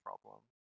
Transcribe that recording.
problem